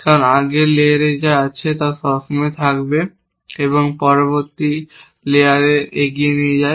কারণ আগের লেয়ারে যা আছে তা সবসময়ই থাকবে আমরা পরবর্তী লেয়ারে এগিয়ে নিয়ে যাই